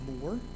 more